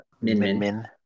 Min-min